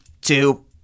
two